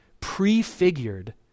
prefigured